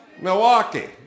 Milwaukee